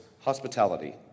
hospitality